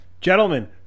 Gentlemen